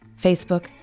Facebook